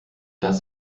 das